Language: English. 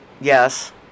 Yes